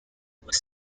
was